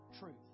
truth